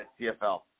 CFL